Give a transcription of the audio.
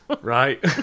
Right